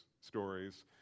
stories